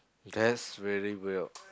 that's really well